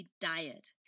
diet